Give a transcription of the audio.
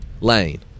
Lane